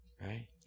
Right